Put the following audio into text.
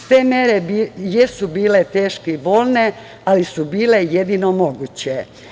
Te mere jesu bile teške i bolne, ali su bile jedino moguće.